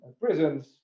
prisons